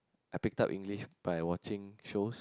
I pick up English by watching shows